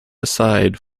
aside